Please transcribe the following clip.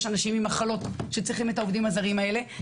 אנשים עם מחלות שצריכים את העובדים הזרים האלה,